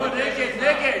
נגד, נגד.